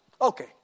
Okay